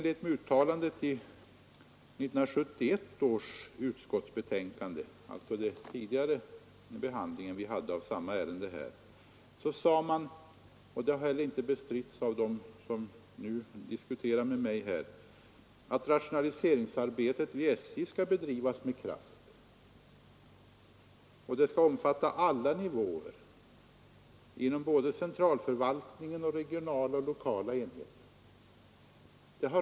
I 1971 års utskottsbetänkande, alltså vid den tidigare behandlingen av samma ärende, sade man — och det har inte bestritts av dem som nu diskuterar med mig — att rationaliseringsarbetet vid SJ skulle bedrivas med kraft och omfatta alla nivåer inom såväl centralförvaltningen som regionala och lokala enheter.